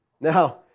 Now